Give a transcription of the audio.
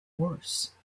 worse